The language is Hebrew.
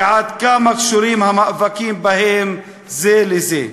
ועד כמה קשורים המאבקים בהם זה לזה.